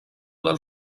del